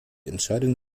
entscheidung